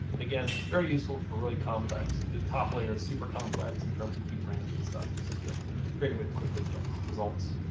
and again, very useful for really complex if the top layer is super complex in terms of keyframes and stuff, this is a great way to quickly get results